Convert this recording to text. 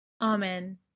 Amen